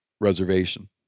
reservation